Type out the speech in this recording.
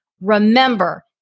Remember